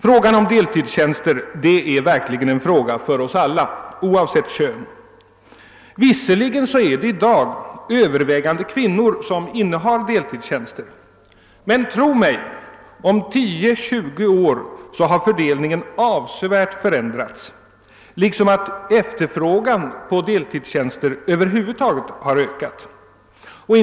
Frågan om deltidstjänster är verkligen en angelägenhet för oss alla oavsett kön. Visserligen är det i dag övervägande kvinnor som innehar deltidstjänster. Men tro mig: om 10—20 år kommer fördelningen att ha förändrats avsevärt och efterfrågan på deltidstjänster över huvud taget kommer att ha ökat.